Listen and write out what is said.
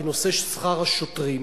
בנושא שכר השוטרים,